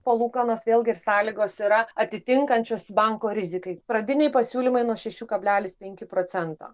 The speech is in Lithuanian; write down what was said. palūkanos vėlgi ir sąlygos yra atitinkančios banko rizikai pradiniai pasiūlymai nuo šešių kablelis penki procento